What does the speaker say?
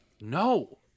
no